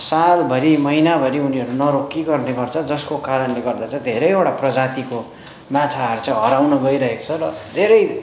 सालभरि महिनाभरि उनीहरू नरोक्कि गर्ने गर्छ जसको कारणले गर्दा चाहिँ धेरैवटा प्रजातिको माछाहरू चाहिँ हराउन गइरहेको छ र धेरै